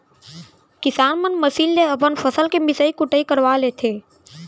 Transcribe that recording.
किसान मन मसीन ले अपन फसल के मिसई कुटई करवा लेथें